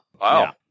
Wow